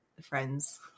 friends